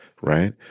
right